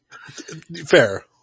Fair